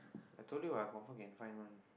I told you what I confirm can find one